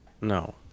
No